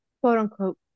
quote-unquote